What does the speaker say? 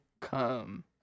come